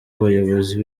abayobozi